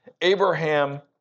Abraham